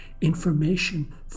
Information